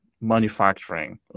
manufacturing